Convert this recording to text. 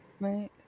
Right